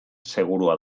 segurua